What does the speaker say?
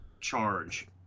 charge